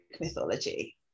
mythology